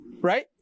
right